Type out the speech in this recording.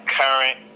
current